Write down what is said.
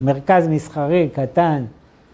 מרכז מסחרי, קטן.